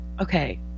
okay